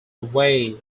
away